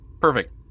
Perfect